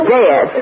dead